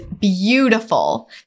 beautiful